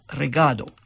regado